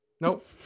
nope